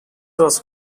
was